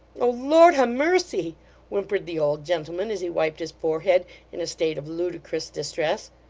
oh lord ha mercy whimpered the old gentleman, as he wiped his forehead in a state of ludicrous distress,